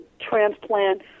transplant